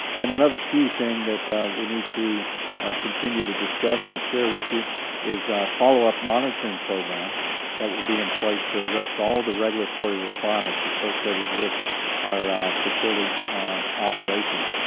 and another key thing that we need to continue to discuss, and share with you is a followup monitoring program that will be in place to address all the regulatory requirements associated with our facility operations,